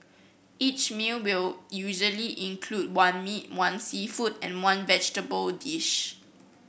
each meal will usually include one meat one seafood and one vegetable dish